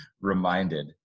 reminded